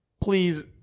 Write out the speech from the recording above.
Please